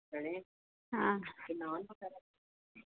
हां